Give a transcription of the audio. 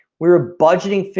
we're budgeting,